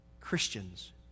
Christians